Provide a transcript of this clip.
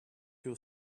you